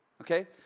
okay